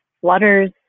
flutters